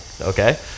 okay